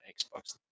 Xbox